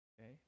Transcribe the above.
okay